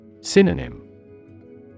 Synonym